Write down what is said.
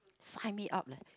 sign me up leh